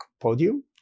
podium